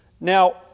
Now